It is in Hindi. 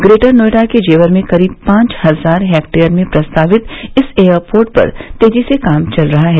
ग्रेटर नोएडा के जेवर में करीब पांच हजार हेक्टेयर मे प्रस्तावित इस एयरपोर्ट पर तेजी से काम चल रहा है